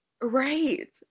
Right